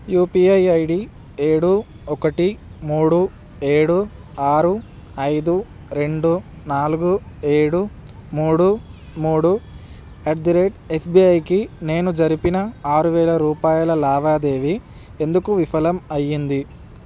UPI ID ఏడు ఒకటి మూడు ఏడు ఆరు ఐదు రెండు నాలుగు ఏడు మూడు మూడు అట్ ది రేట్ ఎస్బిఐకి నేను జరిపిన ఆరు వేల రూపాయల లావాదేవీ ఎందుకు విఫలం అయ్యింది